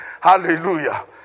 Hallelujah